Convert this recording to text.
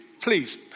please